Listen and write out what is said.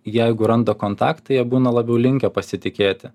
jeigu randa kontaktą jie būna labiau linkę pasitikėti